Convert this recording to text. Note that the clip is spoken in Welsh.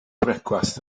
brecwast